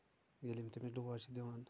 ییٚلہِ یِم تٔمِس ڈوز چھِ دِوان